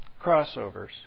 crossovers